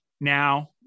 now